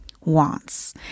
wants